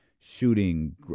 Shooting